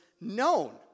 known